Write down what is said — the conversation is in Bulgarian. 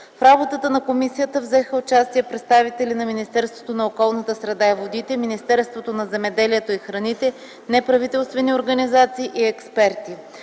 В работата на комисията взеха участие представители на Министерството на околната среда и водите, Министерството на земеделието и храните, неправителствени организации и експерти.